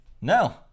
no